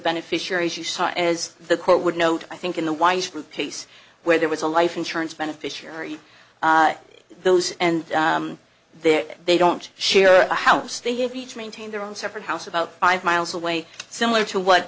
beneficiary as you saw as the court would note i think in the washroom place where there was a life insurance beneficiary those and there they don't share a house they have each maintained their own separate house about five miles away similar to what